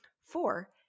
Four